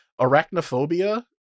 Arachnophobia